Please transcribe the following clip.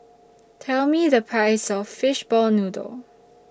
Tell Me The Price of Fishball Noodle